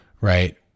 right